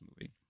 movie